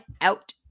out